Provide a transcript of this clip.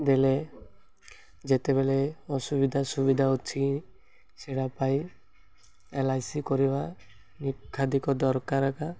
ଦେଲେ ଯେତେବେଳେ ଅସୁବିଧା ସୁବିଧା ଅଛି ସେଇଟା ପାଇ ଏଲ ଆଇ ସି କରିବା ନିଖାଧିକ ଦରକାରକା